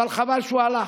אבל חבל שהוא הלך,